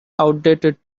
outdated